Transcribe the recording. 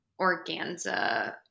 organza